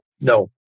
no